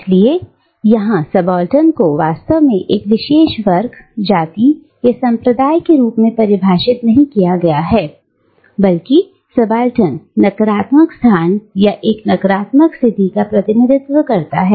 इसलिए यहां सबाल्टर्न को वास्तव में एक विशेष वर्ग जाति या संप्रदाय के रूप में परिभाषित नहीं किया गया है बल्कि सबाल्टर्न नकारात्मक स्थान या एक नकारात्मक स्थिति का प्रतिनिधित्व करता है